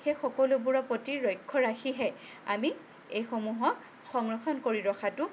সেই সকলোবোৰৰ প্ৰতি লক্ষ্য ৰাখিহে আমি এইসমূহক সংৰক্ষণ কৰি ৰখাটো